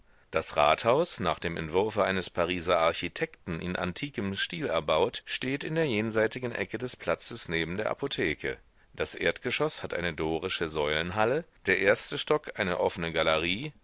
das rathaus nach dem entwurfe eines pariser architekten in antikem stil erbaut steht in der jenseitigen ecke des platzes neben der apotheke das erdgeschoß hat eine dorische säulenhalle der erste stock eine offene galerie